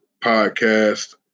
podcast